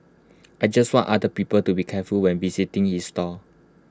I just want other people to be careful when visiting this stall